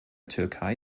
türkei